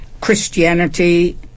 Christianity